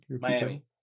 Miami